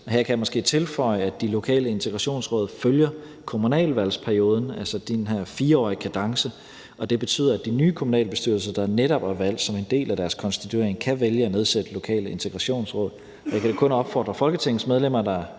Her kan jeg tilføje, at de lokale integrationsråd følger kommunalvalgsperioden, altså den her 4-årige kadence, og det betyder, at de nye kommunalbestyrelser, der netop er valgt, som en del af deres konstituering kan vælge at nedsætte lokale integrationsråd.